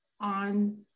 on